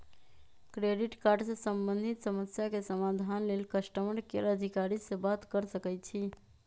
credit card से संबंधित समस्या के समाधान लेल कस्टमर केयर अधिकारी से बात कर सकइछि